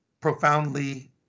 profoundly